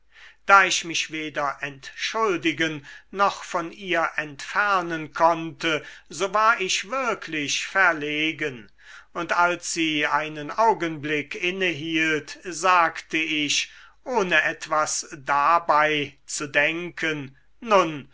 da ich mich weder entschuldigen noch von ihr entfernen konnte so war ich wirklich verlegen und als sie einen augenblick inne hielt sagte ich ohne etwas dabei zu denken nun